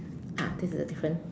ah this is the difference